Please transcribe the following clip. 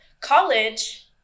college